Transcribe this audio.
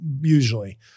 usually